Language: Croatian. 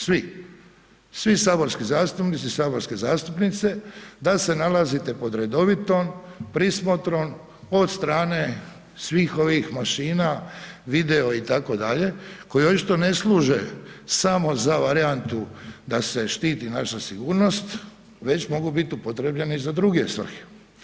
Svi, svi saborski zastupnici, saborske zastupnice, da se nalazite pod redovitom prismotrom od strane svih ovih mašina, video, itd., koje očito ne služe samo za varijantu da se štiti naša sigurnost, već mogu biti upotrijebljene i za druge svrhe.